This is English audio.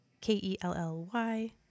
K-E-L-L-Y